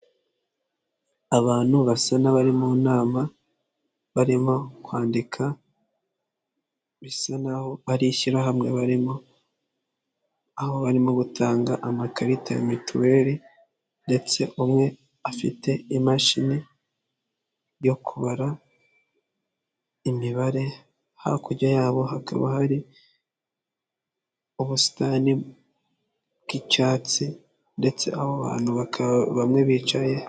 Abantu basa n'abari mu nama barimo kwandika bisa n'aho bari ishyirahamwe barimo. aho barimo gutanga amakarita ya mituweli ndetse umwe afite imashini yo kubara imibare, hakurya yabo hakaba hari ubusitani bw'icyatsi, ndetse aho bantu bamwe bicaye.